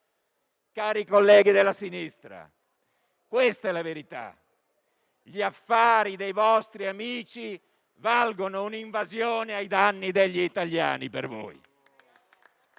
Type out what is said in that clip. Cari colleghi della sinistra, questa è la verità. Gli affari dei vostri amici valgono un'invasione ai danni degli italiani per voi.